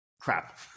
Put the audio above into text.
Crap